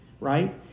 right